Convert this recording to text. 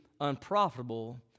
unprofitable